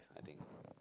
I think